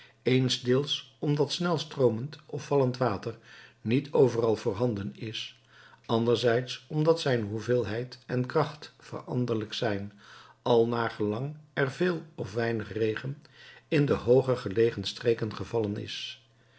eensdeels omdat snel stroomend of vallend water niet overal voorhanden is anderdeels omdat zijne hoeveelheid en kracht veranderlijk zijn al naar gelang er veel of weinig regen in de hooger gelegen streken gevallen is